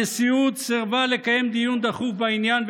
הנשיאות סירבה לקיים דיון דחוף בעניין,